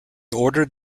ordered